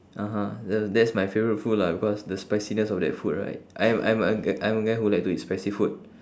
(uh huh) that that's my favorite food lah because the spiciness of that food right I'm I'm a g~ I'm a guy who likes to eat spicy food